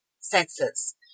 senses